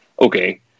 Okay